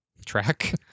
track